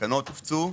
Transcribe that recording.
תקנות הופצו,